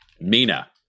Mina